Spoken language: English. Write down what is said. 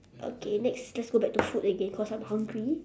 okay next let's go back to food again because I'm hungry